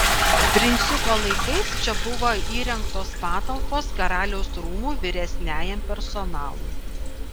princiuko laikais čia buvo įrengtos patalpos karaliaus rūmų vyresniajam personalui